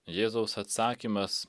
jėzaus atsakymas